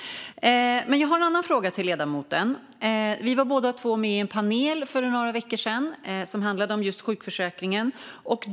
Men jag har en annan fråga till ledamoten. För några veckor sedan var vi båda med i en panel som handlade om just sjukförsäkringen.